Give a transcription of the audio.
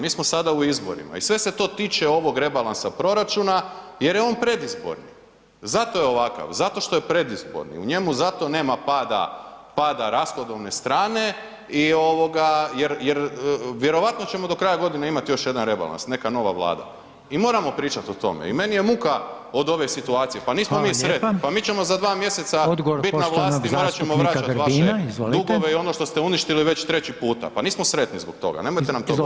Mi smo sada u izborima i sve se to tiče ovog rebalansa proračuna jer je on predizborni, zato je ovakav, zato što je predizborni, u njemu zato nema pada rashodovne strane jer vjerovatno ćemo do kraja imati još jedan rebalans, neka nova Vlada i moramo pričat o tome i meni je muka od ove situacije, pa nismo mi sretni, pa mi ćemo za 2 mj. bit na vlasti, morat ćemo vraćat vaše dugove i ono što ste uništili već treći puta, pa nismo sretni zbog toga, nemojte nam to govoriti.